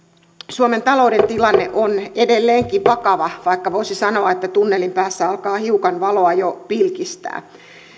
suomen talouden tilanne on edelleenkin vakava vaikka voisi sanoa että tunnelin päässä alkaa hiukan valoa jo pilkistää